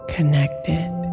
connected